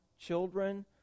children